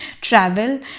travel